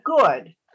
good